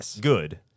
good